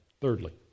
Thirdly